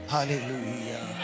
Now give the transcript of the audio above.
Hallelujah